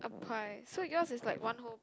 pie so yours is like one whole